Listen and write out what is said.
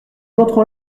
entrons